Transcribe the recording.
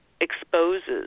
exposes